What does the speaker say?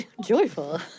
Joyful